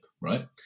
Right